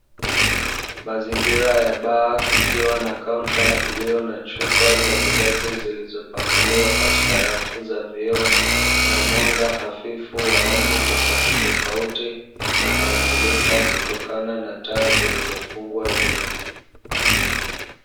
Mazingira ya baa kukiwa na kaunta ya chupa za vilevi zilizopangiliwa katika rafu za vioo na mwanga hafifu wa rangi tofautitofauti, unaomulika kutokana na taa zilizofungwa juu.